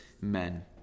men